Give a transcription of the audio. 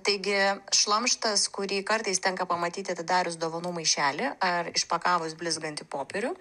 taigi šlamštas kurį kartais tenka pamatyti atidarius dovanų maišelį ar išpakavus blizgantį popierių